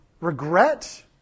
regret